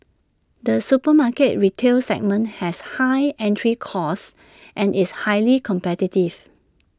the supermarket retail segment has high entry costs and is highly competitive